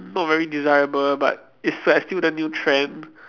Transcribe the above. not very desirable but it's like still the new trend